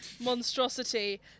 monstrosity